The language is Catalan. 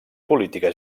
política